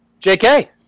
jk